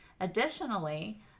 Additionally